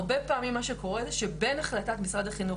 הרבה פעמים מה שקורה זה שבין החלטת משרד החינוך